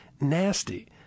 nasty